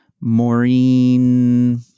Maureen